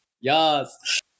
Yes